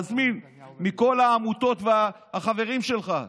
מזמין מכל העמותות והחברים שלך,